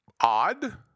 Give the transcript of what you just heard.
Odd